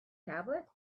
tablet